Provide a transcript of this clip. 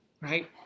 right